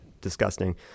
disgusting